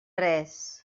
res